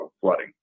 flooding